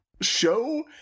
show